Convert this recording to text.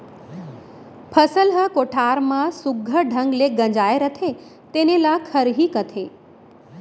फसल ह कोठार म सुग्घर ढंग ले गंजाय रथे तेने ल खरही कथें